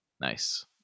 nice